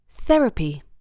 Therapy